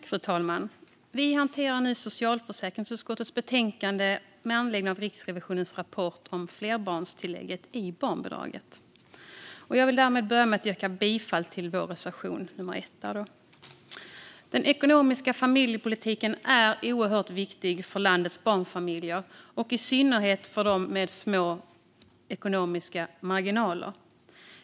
Fru talman! Vi hanterar nu socialförsäkringsutskottets betänkande med anledning av Riksrevisionens rapport om flerbarnstillägget i barnbidraget. Jag vill härmed börja med att yrka bifall till vår reservation nr 1. Den ekonomiska familjepolitiken är oerhört viktig för landets barnfamiljer och i synnerhet för dem med små ekonomiska marginaler.